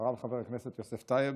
אחריו, חבר הכנסת יוסף טייב,